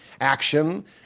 action